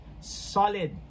Solid